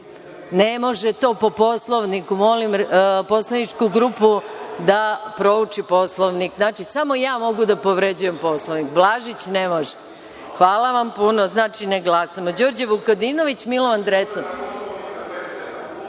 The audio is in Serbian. Ne može to po Poslovniku. Molim poslaničku grupu da prouči Poslovnik. Znači, samo ja mogu da povređujem Poslovnik, Blažić ne može. Hvala vam puno. Znači ne glasamo. Đorđe Vukadinović, Milovan